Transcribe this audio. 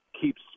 keeps